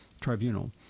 tribunal